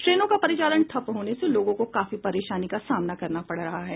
ट्रेनों का परिचालन ठप होने से लोगों को काफी परेशानी का सामना करने पड़ रहा है